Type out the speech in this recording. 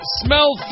smell